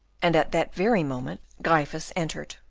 and at that very moment gryphus entered.